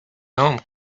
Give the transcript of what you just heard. home